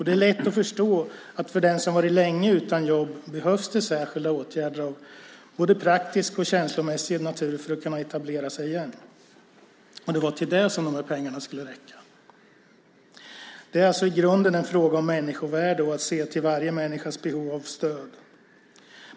Det är lätt att förstå att den som länge varit utan jobb behöver särskilda åtgärder av både praktisk och känslomässig natur för att åter kunna etablera sig. Det var till det bonuspengarna skulle räcka. Det är alltså i grunden en fråga om människovärde och om att se till varje människas behov av stöd.